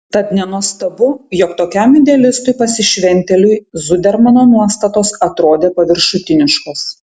tad nenuostabu jog tokiam idealistui pasišventėliui zudermano nuostatos atrodė paviršutiniškos